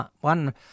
one